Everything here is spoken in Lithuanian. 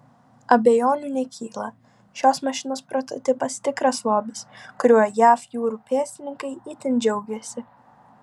abejonių nekyla šios mašinos prototipas tikras lobis kuriuo jav jūrų pėstininkai itin džiaugiasi